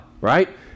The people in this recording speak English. right